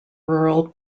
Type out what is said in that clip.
rural